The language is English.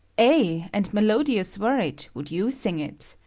ay and melodious were it, would you sing it.